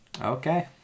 Okay